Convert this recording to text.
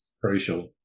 crucial